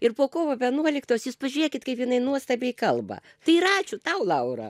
ir po kovo vienuoliktosios jūs pažiūrėkit kaip jinai nuostabiai kalba tai ir ačiū tau laura